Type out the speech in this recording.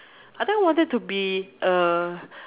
I think I wanted to be a